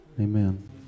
Amen